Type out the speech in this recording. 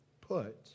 put